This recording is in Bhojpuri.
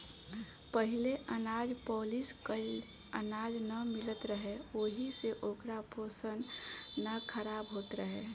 पहिले अनाज पॉलिश कइल अनाज ना मिलत रहे ओहि से ओकर पोषण ना खराब होत रहे